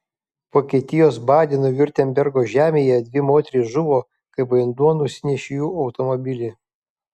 vokietijos badeno viurtembergo žemėje dvi moterys žuvo kai vanduo nusinešė jų automobilį